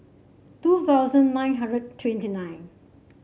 two thousand nine hundred twenty nine